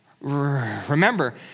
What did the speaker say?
Remember